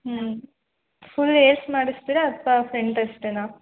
ಹ್ಞೂ ಫುಲ್ ಏರ್ಸ್ ಮಾಡಿಸ್ತೀರೋ ಅಥ್ವಾ ಫ್ರೆಂಟ್ ಅಷ್ಟೇಯೋ